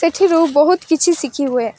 ସେଥିରୁ ବହୁତ କିଛି ଶିଖିହୁଏ